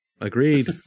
Agreed